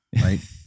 right